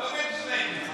לא בין שנינו,